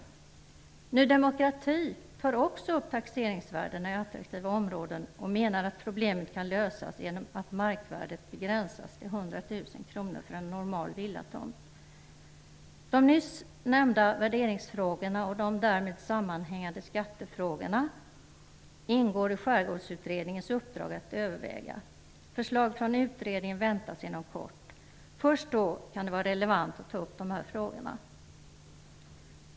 Också Ny demokrati tar upp taxeringsvärdena i attraktiva områden och menar att problemet kan lösas genom att markvärdet begränsas till 100 000 De nyss nämnda värderingsfrågorna och de därmed sammanhängande skattefrågorna ingår bland de frågor som Skärgårdsutredningen har att överväga. Förslag från utredningen väntas inom kort. Först då kan det vara relevant att ta upp de här frågorna.